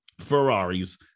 Ferraris